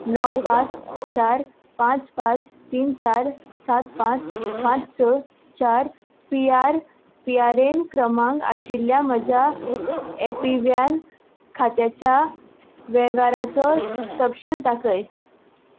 णव पांच चार पांच पांच तीन चार सात पांच पांच स चार P R P R N क्रमांक आशिल्ल्या म्हज्या ए पी वाय एन खात्याच्या वेव्हाराचो तपशील दाखय